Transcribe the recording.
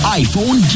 iPhone